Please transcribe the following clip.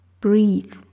Breathe